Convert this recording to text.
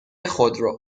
خودرو